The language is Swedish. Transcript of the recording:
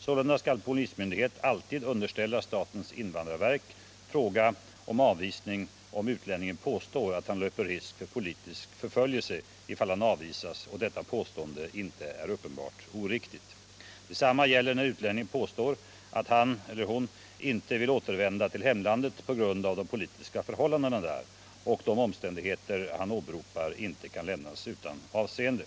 Sålunda skall polismyndighet alltid underställa statens invandrarverk fråga om avvisning om utlänningen påstår att han löper risk för politisk förföljelse om han avvisas och detta påstående inte är uppenbart oriktigt. Detsamma gäller när utlänningen påstår att han eller hon inte vill återvända till hemlandet på grund av de politiska förhållandena där och de omständigheter han åberopar inte kan lämnas utan avseende.